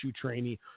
trainee